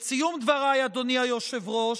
את סיום דבריי, אדוני היושב-ראש,